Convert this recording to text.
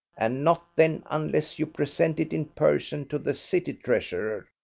and not then unless you present it in person to the city treasurer.